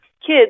kids